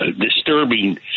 disturbing